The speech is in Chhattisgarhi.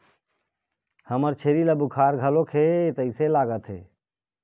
हमर छेरी ल बुखार घलोक हे तइसे लागत हे